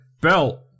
belt